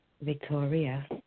Victoria